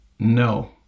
No